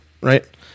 right